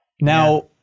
Now